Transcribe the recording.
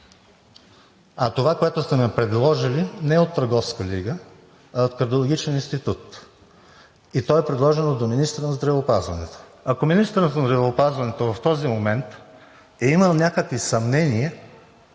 А това, за което са ме предложили, не е от Търговска лига, а от Кардиологичен институт, и то е предложено до министъра на здравеопазването. Ако министърът на здравеопазването в този момент е имал някакви съмнения,